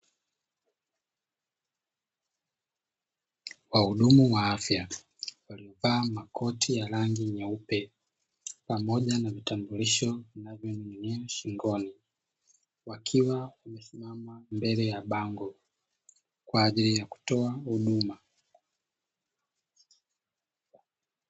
Wahudumu wa afya walio vaa makoti ya rangi nyeupe, pamoja na vitambulisho vinavyoning'inia shingoni, wakiwa wamesimama mbele ya bango kwa ajili ya kutoa huduma.